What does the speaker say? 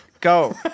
Go